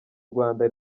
rwanda